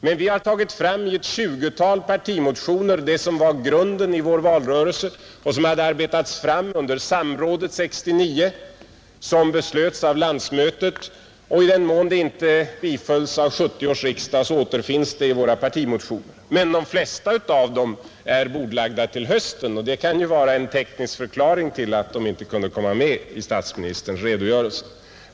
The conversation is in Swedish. Men vi har i ett tjugotal partimotioner tagit fram det som var grunden i vår valrörelse och som hade arbetats fram under Samråd 69, som beslöts av landsmötet. I den mån det inte bifölls av 1970 års riksdag, återfinns det i våra partimotioner i år. Men de flesta av dessa är bordlagda till hösten, och det kan ju vara en teknisk förklaring till att de inte kunde komma med i statsministerns redogörelse.